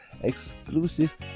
exclusive